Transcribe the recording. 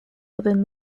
within